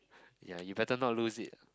ya you better not lose it